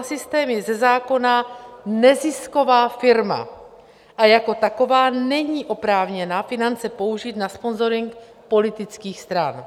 Systém je ze zákona nezisková firma a jako taková není oprávněna finance použít na sponzoring politických stran.